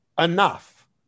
enough